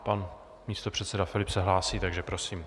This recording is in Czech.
Pan místopředseda Filip se hlásí, takže prosím.